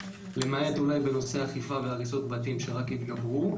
למעט אולי בנושא הקיפה והריסות בתים שרק התגברו.